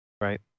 right